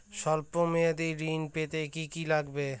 সল্প মেয়াদী ঋণ পেতে কি কি লাগবে?